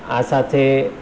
આ સાથે